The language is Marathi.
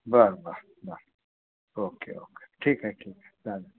बर बर बर ओके ओके ठीक आहे ठीक आहे चालेल